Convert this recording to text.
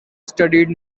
studied